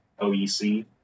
OEC